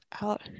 out